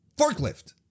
Forklift